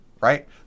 right